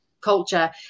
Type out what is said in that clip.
culture